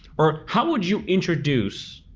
or how would you introduce